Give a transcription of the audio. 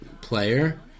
player